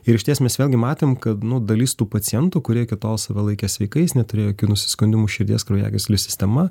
ir išties mes vėlgi matėm kad nu dalis tų pacientų kurie iki tol save laikė sveikais neturėjo jokių nusiskundimų širdies kraujagyslių sistema